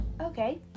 Okay